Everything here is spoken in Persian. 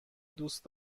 دوست